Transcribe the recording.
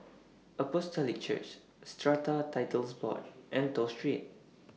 Apostolic Church Strata Titles Board and Toh Street